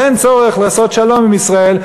ואין צורך לעשות שלום עם ישראל,